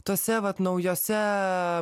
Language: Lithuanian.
tose vat naujose